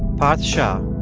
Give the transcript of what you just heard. parth shah,